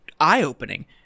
eye-opening